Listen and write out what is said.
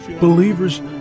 Believers